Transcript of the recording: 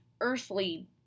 earthly